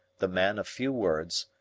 the man of few words,